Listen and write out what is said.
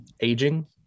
aging